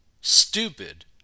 stupid